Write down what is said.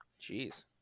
Jeez